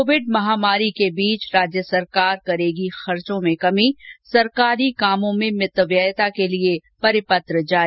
Covid महामारी के बीच राज्य सरकार करेगी खर्चों में कमी सरकारी कामों में मितव्ययता के लिए परिपत्र जारी